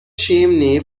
chimney